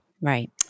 Right